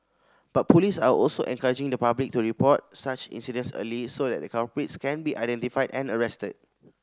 but police are also encouraging the public to report such incidents early so that culprits can be identified and arrested